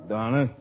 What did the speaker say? Donna